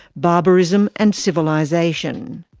barbarism and civilisation.